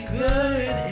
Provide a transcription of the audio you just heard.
good